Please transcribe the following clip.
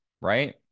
right